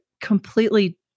completely